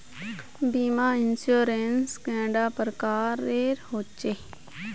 बीमा इंश्योरेंस कैडा प्रकारेर रेर होचे